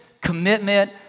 commitment